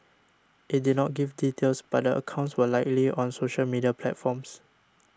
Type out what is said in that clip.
it did not give details but a accounts were likely on social media platforms